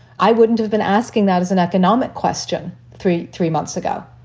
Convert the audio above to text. i wouldn't have been asking that as an economic question. three, three months ago,